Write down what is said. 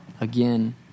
again